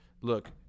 look